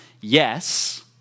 Yes